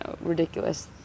ridiculous